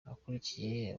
ukuriye